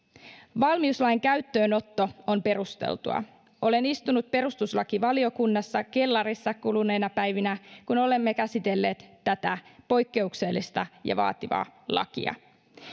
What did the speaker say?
valmiuslain käyttöönotto on perusteltua olen istunut perustuslakivaliokunnassa kellarissa kuluneina päivinä kun olemme käsitelleet tätä poikkeuksellista ja vaativaa lakia